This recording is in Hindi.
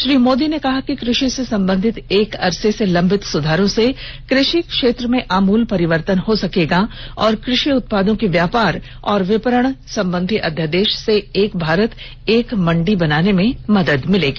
श्री मोदी ने कहा कि कृषि से संबंधित एक अरसे से लंबित सुधारों से कृषि क्षेत्र में आमूल परिवर्तन हो सकेगा और कृषि उत्पादों के व्यापार और विपणन संबंधी अध्यादेश से एक भारत एक मंडी बनाने में मदद मिलेगी